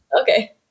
Okay